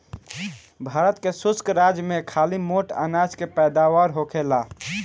भारत के शुष्क राज में खाली मोट अनाज के पैदावार होखेला